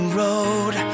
road